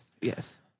yes